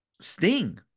Sting